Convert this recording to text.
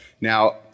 Now